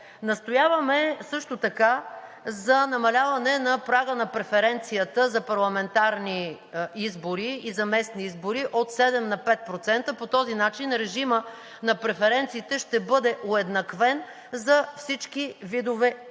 Настояваме за намаляване на прага на преференцията за парламентарни и за местни избори от 7 на 5%. По този начин режимът на преференциите ще бъде уеднаквен за всички видове избори.